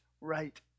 right